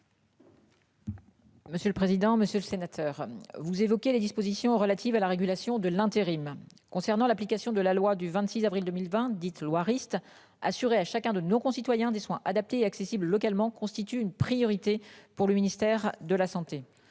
Monsieur le président, monsieur le sénateur. Vous évoquez les dispositions relatives à la régulation de l'intérim. Concernant l'application de la loi du 26 avril 2020, dite loi Rist assurer à chacun de nos concitoyens des soins adaptés et accessibles localement constitue une priorité pour le ministère de la Santé.